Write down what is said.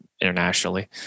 internationally